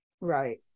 right